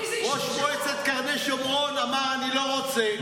ראש מועצת קרני שומרון אמר: אני לא רוצה.